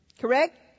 Correct